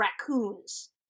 raccoons